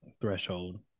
threshold